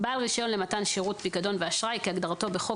בעל רישיון למתן שירותי פיקדון ואשראי כהגדרתו בחוק